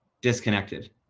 disconnected